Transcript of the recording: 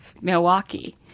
Milwaukee